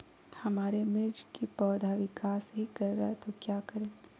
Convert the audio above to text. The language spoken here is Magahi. हमारे मिर्च कि पौधा विकास ही कर रहा है तो क्या करे?